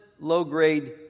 low-grade